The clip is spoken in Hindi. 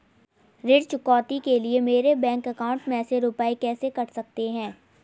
ऋण चुकौती के लिए मेरे बैंक अकाउंट में से रुपए कैसे कट सकते हैं?